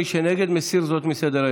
מי שנגד, מסיר זאת מסדר-היום.